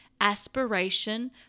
aspiration